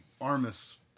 Armis